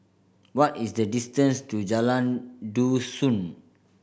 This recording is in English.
what is the distance to Jalan Dusun